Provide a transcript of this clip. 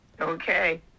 Okay